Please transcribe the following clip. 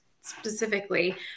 specifically